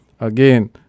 Again